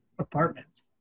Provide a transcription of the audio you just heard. apartments